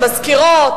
המזכירות,